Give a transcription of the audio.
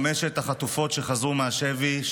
חמש החטופות שחזרו מהשבי,